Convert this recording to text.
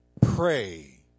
pray